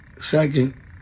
Second